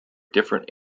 different